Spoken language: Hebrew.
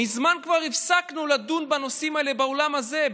מזמן כבר הפסקנו לדון בנושאים האלה באולם הזה,